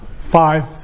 five